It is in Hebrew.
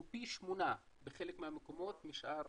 הוא פי שמונה בחלק מהמקומות משאר